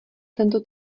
tento